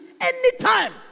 anytime